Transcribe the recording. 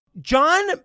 John